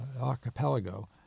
archipelago